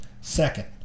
Second